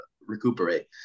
recuperate